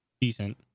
decent